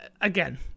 Again